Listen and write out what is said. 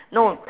no